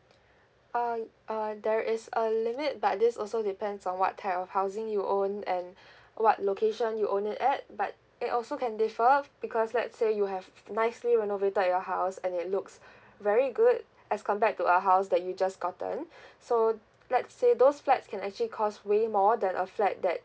um uh there is a limit but this also depends on what type of housing you own and what location you own it at but it also can differ because let's say you have f~ f` nicely renovated your house and it looks very good as compared to a house that you just gotten so let's say those flats can actually cost way more than a flat that